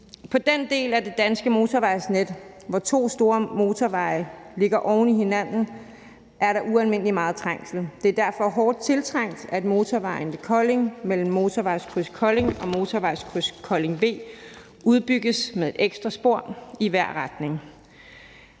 På den del af det danske motorvejsnet, hvor to store motorveje ligger oven i hinanden, er der ualmindelig meget trængsel. Det er derfor hårdt tiltrængt, at motorvejen ved Kolding mellem motorvejskryds Kolding og motorvejskryds Kolding V udbygges med et ekstra spor i hver retning.